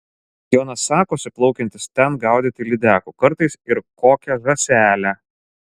jonas sakosi plaukiantis ten gaudyti lydekų kartais ir kokią žąselę